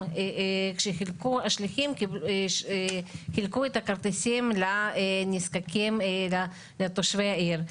שליחים שחילקו את הכרטיסים לנזקקים תושבי העיר.